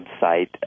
website